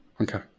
Okay